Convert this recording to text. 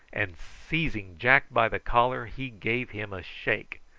and seizing jack by the collar he gave him a shake.